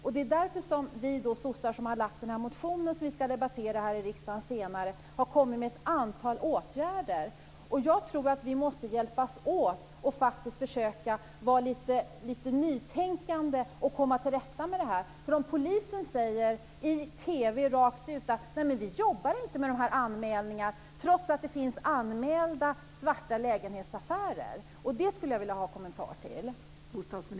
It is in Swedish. Vi socialdemokrater som har väckt en motion som senare ska debatteras här i riksdagen har föreslagit ett antal åtgärder. Jag tror att vi måste hjälpas åt med att vara lite nytänkande för att komma till rätta med situationen. Jag skulle också vilja ha en kommentar till att polisen säger rakt ut i TV att den inte jobbar med de anmälningar som gjorts av svarta lägenhetsaffärer.